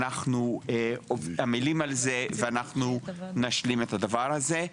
אנחנו עמלים על זה ואנחנו נשלים את הדבר הזה.